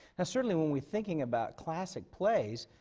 and certainly, when we're thinking about classic plays,